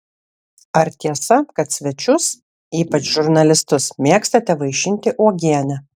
ar tiesa kad svečius ypač žurnalistus mėgstate vaišinti uogiene